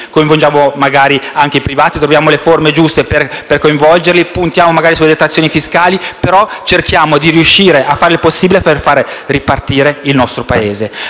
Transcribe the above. coinvolgendo anche i privati, troviamo le forme giuste per coinvolgerli, puntando magari sulle detrazioni fiscali, ma cerchiamo di fare il possibile per far ripartire il nostro Paese.